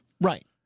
Right